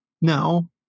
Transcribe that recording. No